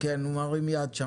צחי גורה,